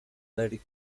very